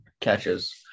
catches